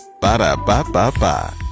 Ba-da-ba-ba-ba